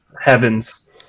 heavens